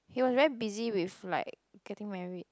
he was very busy with like getting married